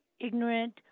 ignorant